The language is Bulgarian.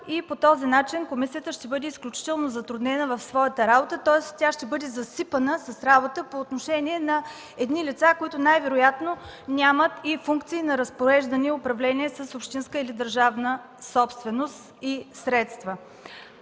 и по този начин комисията ще бъде изключително затруднена в своята работа, тоест ще бъде засипана с работа по отношение на лица, които най-вероятно нямат и функции на разпореждане и управление с общинска или държавна собственост и средства.